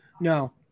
No